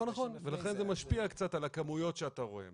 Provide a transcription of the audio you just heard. נכון, ולכן זה משפיע קצת על הכמויות שאתה רואה.